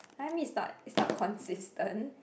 I mean it's not it's not consistent